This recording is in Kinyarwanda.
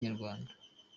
inyarwanda